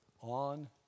On